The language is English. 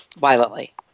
violently